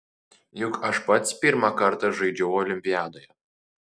juk aš pats pirmą kartą žaidžiu olimpiadoje